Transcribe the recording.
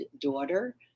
daughter